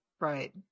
Right